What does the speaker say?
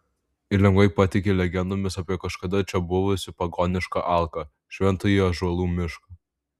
ir lengvai patiki legendomis apie kažkada čia buvusį pagonišką alką šventąjį ąžuolų mišką